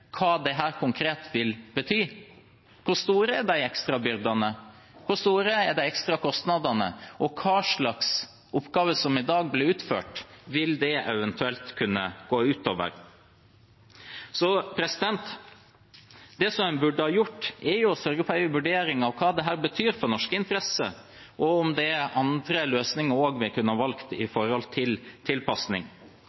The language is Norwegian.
hva dette vil bety. Hvor store er ekstrabyrdene? Hvor store er ekstrakostnadene? Og hva slags oppgaver som i dag blir utført, vil det eventuelt kunne gå ut over? Det en burde ha gjort, er å sørge for en vurdering av hva dette betyr for norske interesser, og om det er andre løsninger vi kunne ha valgt